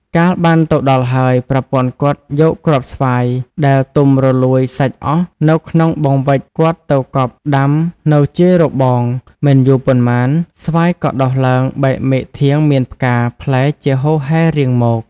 កាលបានទៅដល់ហើយ ប្រពន្ធគាត់យកគ្រាប់ស្វាយ ដែលទុំរលួយសាច់អស់នៅក្នុងបង្វេចគាត់ទៅកប់ដាំនៅជាយរបង មិនយូរប៉ុន្មានស្វាយក៏ដុះឡើងបែកមែកធាងមានផ្កា-ផ្លែ ជាហូរហែរៀងមក ។